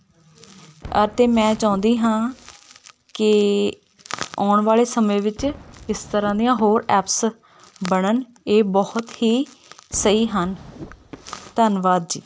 ਅਤੇ ਮੈਂ ਚਾਹੁੰਦੀ ਹਾਂ ਕਿ ਆਉਣ ਵਾਲੇ ਸਮੇਂ ਵਿੱਚ ਇਸ ਤਰ੍ਹਾਂ ਦੀਆਂ ਹੋਰ ਐਪਸ ਬਣਨ ਇਹ ਬਹੁਤ ਹੀ ਸਹੀ ਹਨ ਧੰਨਵਾਦ ਜੀ